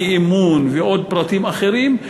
אי-אמון ועוד פרטים אחרים,